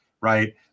right